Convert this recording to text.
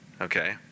okay